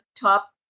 top